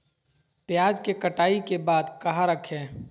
प्याज के कटाई के बाद कहा रखें?